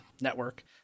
network